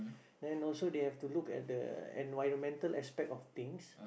then also they have to look at the environmental aspect of things